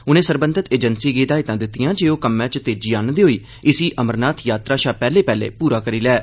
उनें सरबंधत एजेंसी गी हिदायतां दितिआं जे ओह कम्म च तेजी आहन्नदे होई इसी अमरनाथ यात्रा शा पैहले पैहले पूरा करी लैन